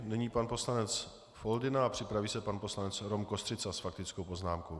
Nyní pan poslanec Foldyna a připraví se pan poslanec Rom Kostřica s faktickou poznámkou.